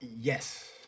Yes